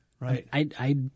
Right